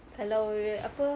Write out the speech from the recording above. kalau err apa